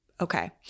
okay